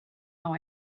how